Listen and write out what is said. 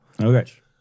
Okay